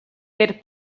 per